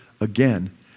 again